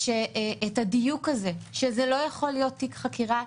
את הדיוק הזה שזה לא יכול להיות תיק חקירה,